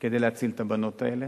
כדי להציל את הבנות האלה,